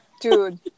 Dude